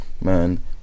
man